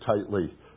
tightly